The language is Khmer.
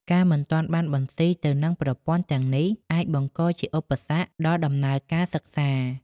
ការមិនទាន់បានបន្ស៊ីទៅនឹងប្រព័ន្ធទាំងនេះ អាចបង្កជាឧបសគ្គដល់ដំណើរការសិក្សា។